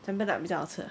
cempedak 比较好吃